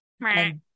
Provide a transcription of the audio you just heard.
Right